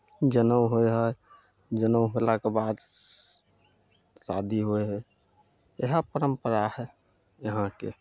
जनेउ होइ हइ जनेउ भेलाके बाद श् शादी होइ हइ इएह परम्परा हइ यहाँके